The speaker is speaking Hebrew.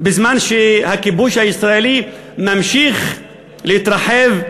בזמן שהכיבוש הישראלי ממשיך להתרחב,